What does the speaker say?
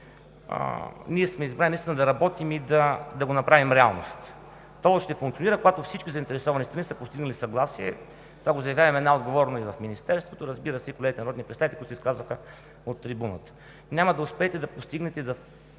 ние сме избрали да работим и да го направим реалност. Тол-ът ще функционира, когато всички заинтересовани страни са постигнали съгласие – това го заявяваме най-отговорно и в Министерството, разбира се, и колегите народни представители, които се изказаха от трибуната. Няма да успеете да постигнете и